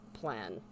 plan